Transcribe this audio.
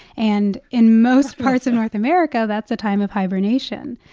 and in most parts of north america, that's a time of hibernation.